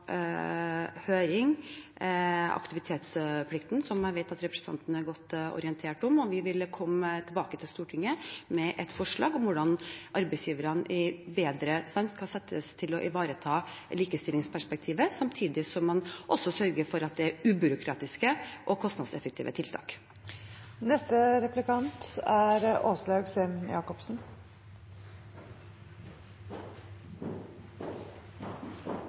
høring – aktivitetsplikten, som jeg vet at representanten er godt orientert om. Og vi vil komme tilbake til Stortinget med et forslag om hvordan arbeidsgiverne skal settes bedre i stand til å ivareta likestillingsperspektivet, samtidig som man også sørger for at det er ubyråkratiske og kostnadseffektive tiltak.